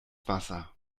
wasser